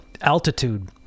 altitude